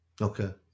Okay